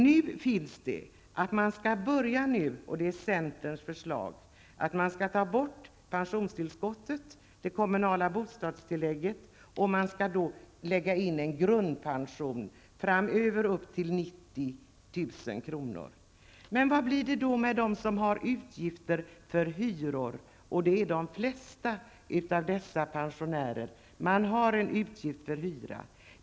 Nu finns det ett förslag från centern om att man skall ta bort pensionstillskottet och det kommunala bostadstillägget och lägga in en grundpension framöver upp till 90 000 kr. Men hur blir det då med dem som har utgifter för hyra, och det är de flesta pensionärer?